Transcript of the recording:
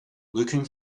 looking